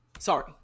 Sorry